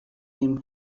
him